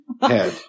head